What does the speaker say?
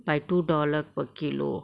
by two dollar per kilo